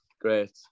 great